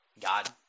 God